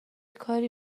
کاری